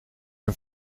een